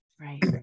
Right